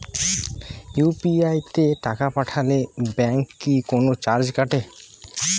UPI তে টাকা পাঠালে ব্যাংক কি কোনো চার্জ কাটে?